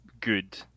good